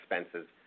expenses